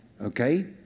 Okay